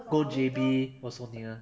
go J_B also near